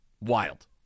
Wild